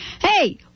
hey